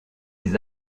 les